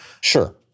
Sure